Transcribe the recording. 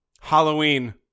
Halloween